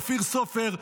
אופיר סופר,